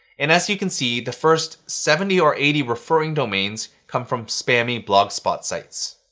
and as you can see, the first seventy or eighty referring domains come from spammy blogspot sites.